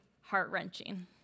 heart-wrenching